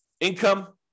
Income